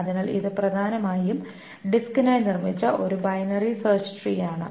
അതിനാൽ ഇത് പ്രധാനമായും ഡിസ്കിനായി നിർമ്മിച്ച ഒരു ബൈനറി സെർച്ച് ട്രീ ആണ്